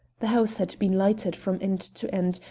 the house had been lighted from end to end,